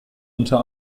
unter